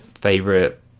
favorite